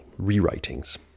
rewritings